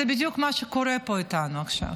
זה בדיוק מה שקורה פה אתנו עכשיו.